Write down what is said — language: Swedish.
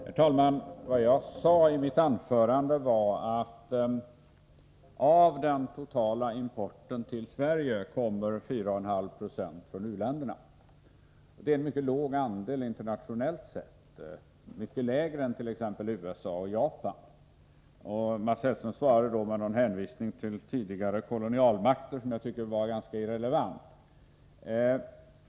Herr talman! Det jag sade i mitt anförande var att av den totala importen till Sverige kommer 4,5 90 från u-länderna. Det är en mycket låg andel internationellt sett — mycket lägre än t.ex. USA och Japan har. Mats Hellström svarade med en hänvisning till tidigare kolonialmakter, vilket jag tycker är ganska irrelevant.